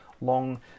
long